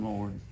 Lord